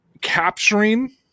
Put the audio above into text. capturing